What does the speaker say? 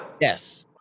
Yes